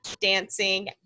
dancing